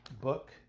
book